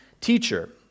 Teacher